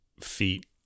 feet